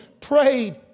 prayed